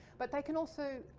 but they can also